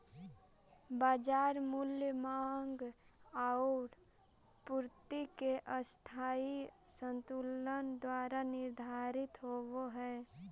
बाजार मूल्य माँग आउ पूर्ति के अस्थायी संतुलन द्वारा निर्धारित होवऽ हइ